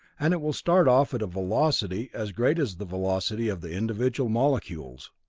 and it will start off at a velocity as great as the velocity of the individual molecules.